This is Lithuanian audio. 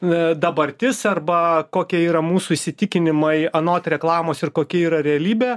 dabartis arba kokia yra mūsų įsitikinimai anot reklamos ir kokia yra realybė